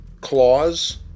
claws